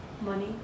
Money